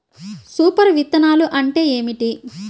Super విత్తనాలు అంటే ఏమిటి?